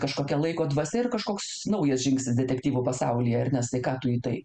kažkokia laiko dvasia ir kažkoks naujas žingsnis detektyvų pasaulyje ernestai ką tu į tai